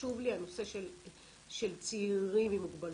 חשוב לי הנושא של צעירים עם מוגבלות,